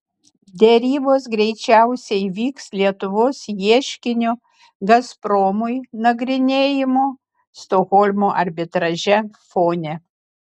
derybos greičiausiai vyks lietuvos ieškinio gazpromui nagrinėjimo stokholmo arbitraže fone